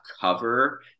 cover